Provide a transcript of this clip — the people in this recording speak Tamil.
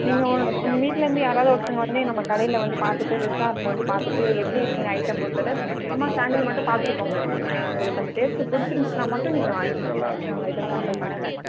நீங்கள் உங்கள் வீட்டுலேருந்து யாராவது ஒருத்தவங்கள் வந்தே நம்ம கடையில் வந்து பார்த்துட்டு ரெஸ்டாரண்ட்டில் வந்து பார்த்துட்டு எப்படி இருக்குதுன்னு ஐட்டம் ஒரு தடவை சும்மா சாம்பிளுக்கு மட்டும் பார்த்துட்டு போங்க அ ஏ உங்களுக்கு அந்த டேஸ்ட்டு பிடிச்சிருந்துச்சின்னா மட்டும் நீங்கள் வாங்கிகங்க நாங்கள் எதுவும் கம்பல் பண்ணலை